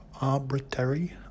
arbitrary